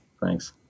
Thanks